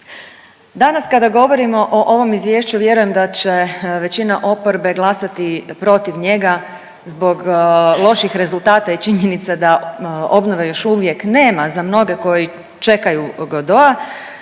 Danas kada govorimo o ovom izvješću vjerujem da će većina oporbe glasati protiv njega zbog loših rezultata i činjenice da obnove još uvijek nema za mnoge koji čekaju Godoa,